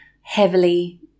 heavily